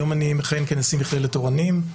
היום אני מכהן כנשיא מכללת "אורנים".